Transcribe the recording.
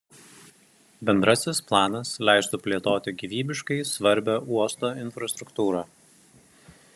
bendrasis planas leistų plėtoti gyvybiškai svarbią uosto infrastruktūrą